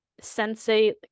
Sensei